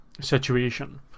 situation